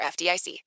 FDIC